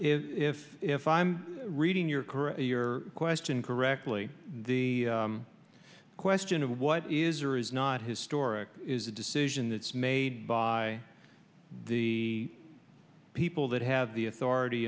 is if if i'm reading your career your question correctly the question of what is or is not historic is a decision that's made by the people that have the authority